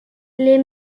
les